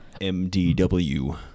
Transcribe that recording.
MDW